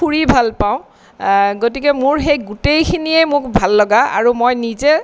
ফুৰি ভাল পাওঁ গতিকে মোৰ সেই গোটেইখিনিয়ে মোক ভাল লগা আৰু মই নিজে